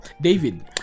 David